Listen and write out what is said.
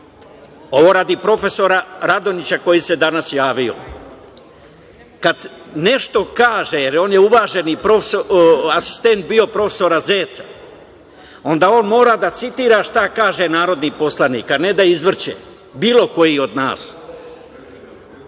ovo radi profesora Radonjića koji se danas javio. Kada nešto kaže, a on je bio asistent profesora Zeca, onda on mora da citira šta kaže narodni poslanik, a ne da izvrće, bilo koji od nas.